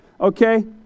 Okay